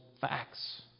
facts